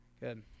Good